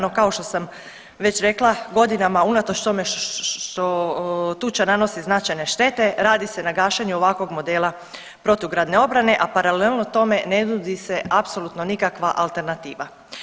No kao što sam već rekla godinama unatoč tome što tuča nanosi značajne štete radi se na gašenju ovakvog modela protugradne obrane, a paralelno tome ne nudi se apsolutno nikakva alternativa.